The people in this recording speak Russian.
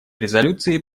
резолюции